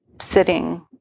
sitting